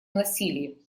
насилии